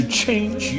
change